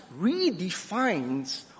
redefines